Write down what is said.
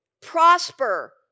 Prosper